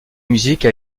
musique